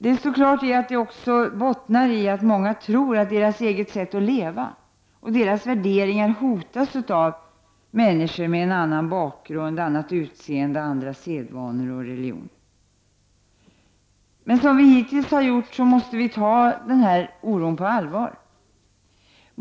Det står klart att det också bottnar i att många tror att deras eget sätt att leva och deras värderingar hotas av människor med annan bakgrund, annat utseende eller annan religion. Men som vi hittills har gjort, måste vi även i fortsättningen ta denna oro på allvar.